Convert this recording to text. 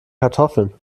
kartoffeln